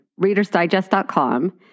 readersdigest.com